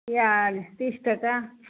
पिआज तीस टका